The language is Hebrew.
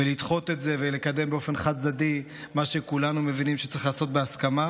ולדחות את זה ולקדם באופן חד-צדדי מה שכולנו מבינים שצריך לעשות בהסכמה,